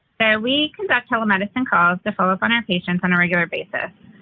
we conduct telemedicine calls to follow up on our patients on a regular basis.